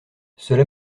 cela